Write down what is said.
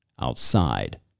outside